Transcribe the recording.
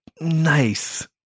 nice